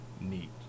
neat